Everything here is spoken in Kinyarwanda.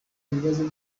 ikibazo